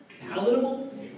palatable